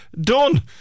done